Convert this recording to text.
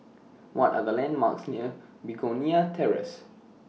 What Are The landmarks near Begonia Terrace